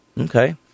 Okay